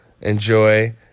Enjoy